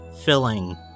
filling